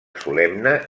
solemne